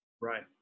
Right